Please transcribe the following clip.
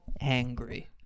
angry